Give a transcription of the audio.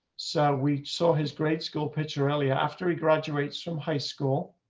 so we saw his great school picture earlier after he graduates from high school.